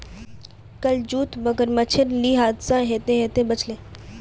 कल जूत मगरमच्छेर ली हादसा ह त ह त बच ले